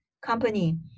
company